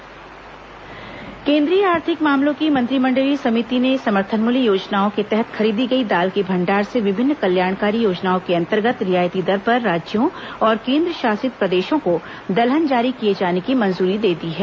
दाल खरीदी केंद्रीय आर्थिक मामलों की मंत्रिमंडलीय समिति ने समर्थन मूल्य योजनाओं के तहत खरीदी गई दाल के भंडार से विभिन्न कल्याणकारी योजनाओं के अंतर्गत रियायती दर पर राज्यों और केन्द्रशासित प्रदेशों को दलहन जारी किए जाने की मंजूरी दे दी है